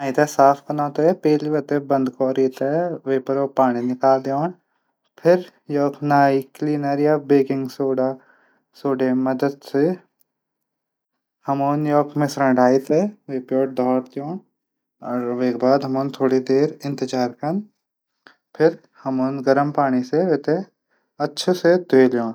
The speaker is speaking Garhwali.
नाली थै साफ कनो तै पैली बंद कोरी पाणी निकाल दीण फिर नाली क्लीनर बैंकिंग सोडा मदद से हमन योक मिश्रण डाली थै वेक बाद थुडा इंतजार कन। फिर गर्म पानी से वे थै धो दीण